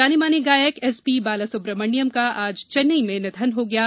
जाने माने गायक एसपी बालासुब्रमण्यम का आज चेन्नई में निधन हो गया है